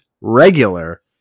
regular